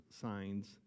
signs